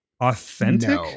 Authentic